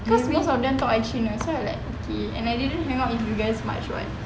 cause most them actually thought I cina so I like okay and I didn't hang out with you guys much [what]